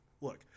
Look